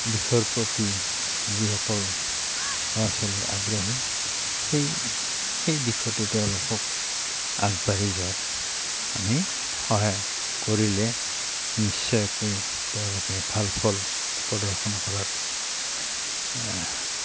দিশৰ প্ৰতি যিসকল ল'ৰা ছোৱালীয়ে আগ্ৰহী সেই সেই দিশতে তেওঁলোকক আগবাঢ়ি যোৱাত আমি সহায় কৰিলে নিশ্চয়াকৈ তেওঁলোকে ভাল ফল প্ৰদৰ্শন কৰাত